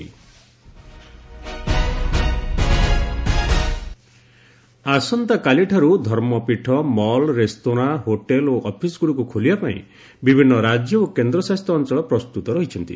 states gear up ଆସନ୍ତାକାଲିଠାରୁ ଧର୍ମପୀଠ mall restaurant hotel ଓ ଅଫିସ୍ଗୁଡ଼ିକୁ ଖୋଲିବା ପାଇଁ ବିଭିନ୍ନ ରାଜ୍ୟ ଓ କେନ୍ଦ୍ରଶାସିତ ଅଞ୍ଚଳ ପ୍ରସ୍ତୁତ ହୋଇଛନ୍ତି